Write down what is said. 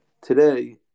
today